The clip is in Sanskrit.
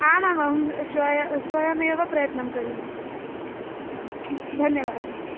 आमामं श्वः एव स्वयमेव प्रयत्नं करोमि आं धन्यवादः